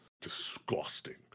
Disgusting